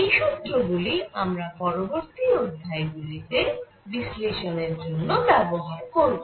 এই সুত্র গুলি আমরা পরবর্তী অধ্যায় গুলি তে বিশ্লেষণের জন্য ব্যবহার করব